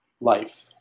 life